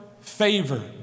favor